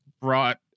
brought